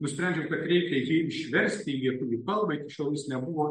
nusprendžiau kad reikia jį išversti į lietuvių kalbą iki šiol jis nebuvo